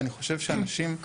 ואני חושב שאנשים,